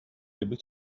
able